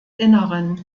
inneren